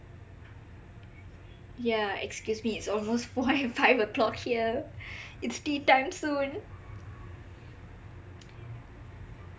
yah excuseme it's almost four five o-clock here it's tea time soon